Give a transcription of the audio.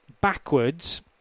backwards